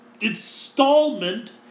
installment